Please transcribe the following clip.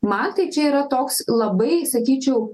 man tai čia yra toks labai sakyčiau